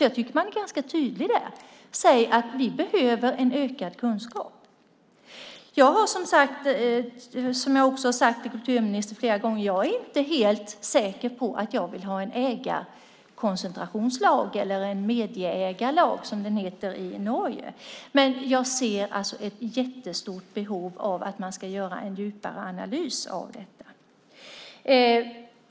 Jag tycker att man ganska tydligt säger att vi behöver en ökad kunskap. Jag är, som jag också har sagt till kulturministern flera gånger, inte helt säker på att jag vill ha en ägarkoncentrationslag eller en medieägarlag som den heter i Norge. Men jag ser alltså ett jättestort behov av att man gör en djupare analys av detta.